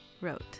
wrote